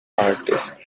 artistic